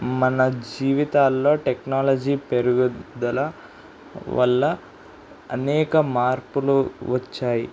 మన జీవితాల్లో టెక్నాలజీ పెరుగుదల వల్ల అనేక మార్పులు వచ్చాయి